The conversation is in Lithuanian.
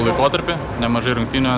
laikotarpį nemažai rungtynių